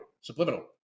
Subliminal